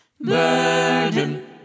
Burden